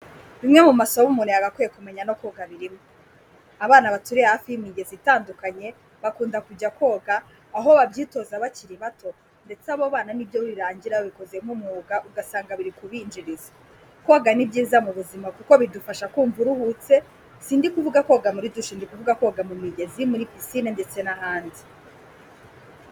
Bimwe mu masomo umuntu yagakwiye kumenya no koga birimo. Abana baturiye hafi y'imigezi itandukanye bakunda kujya koga, aho babyitoza bakiri bato, ndetse abo bana ni byo birangira babikoze nk'umwuga, ugasanga biri kubinjiriza. Koga ni byiza mu buzima kuko bidufasha kumva uruhutse, si ndi kuvuga koga muri dushe, ndi kuvuga koga mu migezi, muri pisine ndetse n'ahandi.